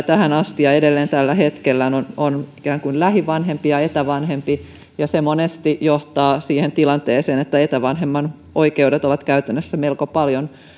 tähän asti ja edelleen tällä hetkellä on ikään kuin lähivanhempi ja ja etävanhempi ja se monesti johtaa siihen tilanteeseen että etävanhemman oikeudet ovat käytännössä melko paljon